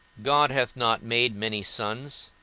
god hath not made many suns,